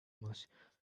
most